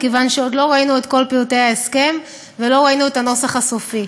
מכיוון שעוד לא ראינו את כל פרטי ההסכם ולא ראינו את הנוסח הסופי.